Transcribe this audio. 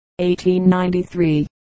1893